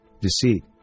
deceit